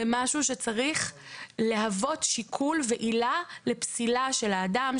זה משהו שצריך להוות שיקול ועילה לפסילה של האדם,